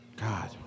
God